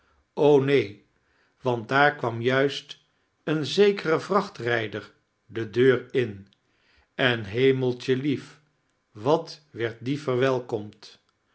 neen want daar kwam jnist een zekere vrachtrijder de deur in en hemeltje lief wat werd die verwelkomd